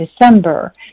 December